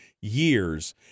years